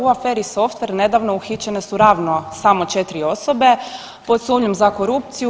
U aferi SOFTVER nedavno uhićene su ravno samo 4 osobe pod sumnjom za korupciju.